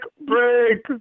break